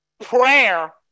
Prayer